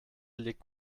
liegt